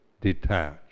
detach